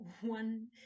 one